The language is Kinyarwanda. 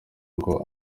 ngo